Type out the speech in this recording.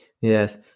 Yes